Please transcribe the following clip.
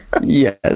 Yes